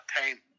time